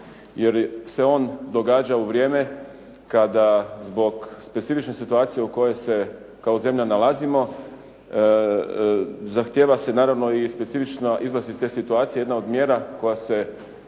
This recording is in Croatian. jer se on događa u vrijeme kada zbog specifične situacije u kojoj se kao zemlja nalazimo, zahtjeva se naravno i specifičan izlaz iz te situacije, jedna od mjera koja se